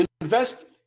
invest